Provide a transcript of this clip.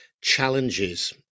challenges